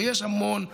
ויש גם פה המון,